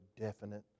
definite